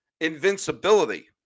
invincibility